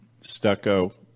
stucco